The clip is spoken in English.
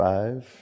Five